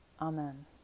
Amen